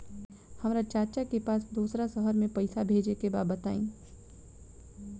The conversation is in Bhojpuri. हमरा चाचा के पास दोसरा शहर में पईसा भेजे के बा बताई?